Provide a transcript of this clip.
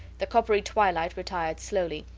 the coppery twilight retired slowly,